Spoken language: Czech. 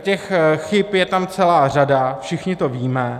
Těch chyb je tam celá řada, všichni to víme.